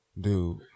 Dude